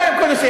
מה לא בכל נושא?